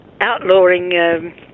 outlawing